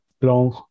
Blanc